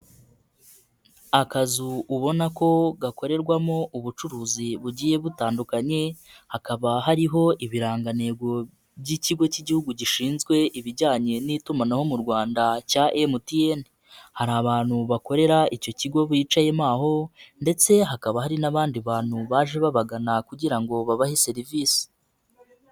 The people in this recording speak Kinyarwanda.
Akazu ubona ko gakorerwamo ubucuruzi bugiye butandukanye hakaba hariho ibirangantego by'ikigo k'Igihugu gishinzwe ibijyanye n'itumanaho mu Rwanda cya MTN, hari abantu bakorera icyo kigo bicayemo aho ndetse hakaba hari n'abandi bantu baje babagana kugira ngo babahe serivisi.